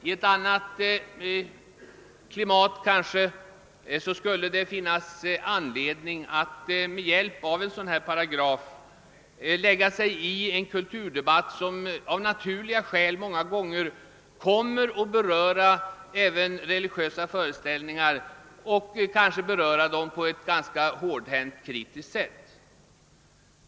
I ett annat klimat kanske det skulle finnas anledning att med hjälp av en sådan bestämmelse lägga sig i en kulturdebatt som av naturliga skäl många gånger kommer att beröra även religlösa föreställningar och kanske berör dem på ett ganska hårdhänt, kritiskt sätt.